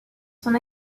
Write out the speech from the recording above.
son